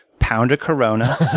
pound a corona,